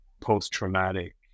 post-traumatic